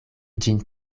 ĝin